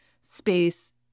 space